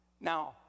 now